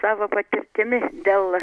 savo patirtimi dėl